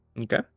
Okay